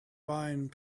buying